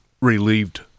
relieved